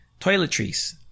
Toiletries